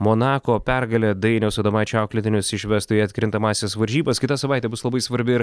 monako pergale dainiaus adomaičio auklėtinius išvestų į atkrintamąsias varžybas kitą savaitę bus labai svarbi ir